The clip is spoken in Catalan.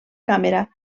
càmera